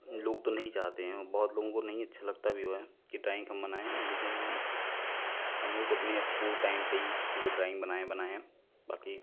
लोग तो नहीं चाहते हैं बहुत लोगों को नहीं अच्छा लगता भी है कि ड्राइंग हम बनाए लेकिन हम लोग अपने अस्कूल टाइम पर ही जो ड्राइंग बनाए बनाए बाकी